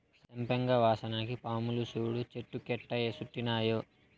సంపెంగ వాసనకి పాములు సూడు చెట్టు కెట్టా సుట్టినాయో